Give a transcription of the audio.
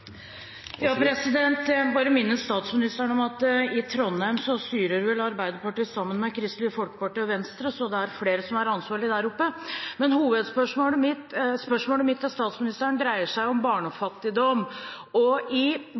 Jeg vil bare minne statsministeren om at i Trondheim styrer Arbeiderpartiet sammen med Kristelig Folkeparti og Venstre, så det er flere som er ansvarlige der. Men spørsmålet mitt til statsministeren dreier seg om barnefattigdom. I boken sin sier statsministerens tidligere statsråd Robert Eriksson at han beklager regjeringens kutt i